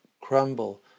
crumble